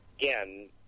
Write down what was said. again